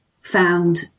found